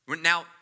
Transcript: Now